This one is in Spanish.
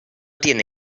tiene